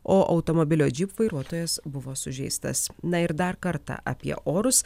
o automobilio jeep vairuotojas buvo sužeistas na ir dar kartą apie orus